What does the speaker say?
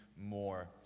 more